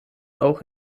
auch